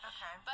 Okay